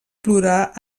plorar